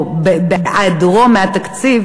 או על היעדרו מהתקציב,